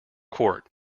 court